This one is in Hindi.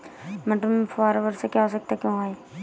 मटर में फुहारा वर्षा की आवश्यकता क्यो है?